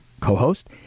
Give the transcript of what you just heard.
co-host